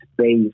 space